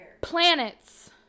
Planets